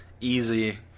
easy